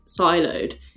siloed